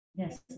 Yes